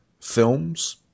Films